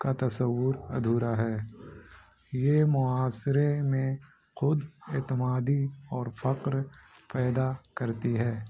کا تصور ادھورا ہے یہ معاسرے میں خود اعتمادی اور فخر پیدا کرتی ہے